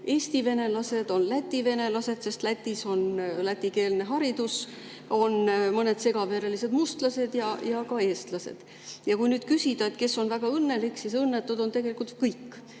Eesti venelased, on Läti venelased, sest Lätis on lätikeelne haridus, on mõned segaverelised mustlased ja ka eestlased. Kui küsida, kes on väga õnnelik, siis tegelikult kõik